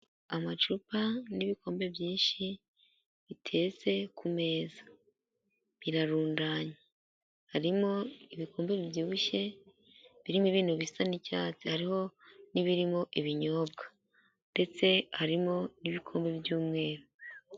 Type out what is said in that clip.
Amacupa n'ibikombe byinshi biteretse ku meza birarundanye, harimo ibikombe bibyibushye birimo ibintu bisa n'icyatsi, hariho n'ibiririmo ibinyobwa ndetse harimo n'ibikombe by'umweru.